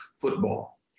football